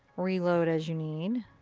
reload as you need.